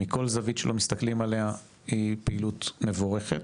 מכל זווית שלא מסתכלים עליה, היא פעילות מבורכת,